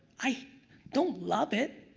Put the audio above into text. i don't love it.